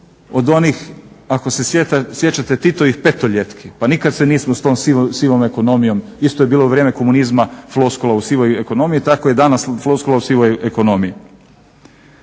od onih ako se sjećate Titovih petoljetki pa nikad se nismo s tom sivom ekonomijom. Isto je bilo u vrijeme komunizma floskula u sivoj ekonomiji, tako je danas floskula u sivoj ekonomiji.